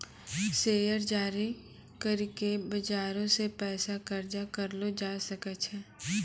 share जारी करि के बजारो से पैसा कर्जा करलो जाय सकै छै